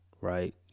right